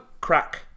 crack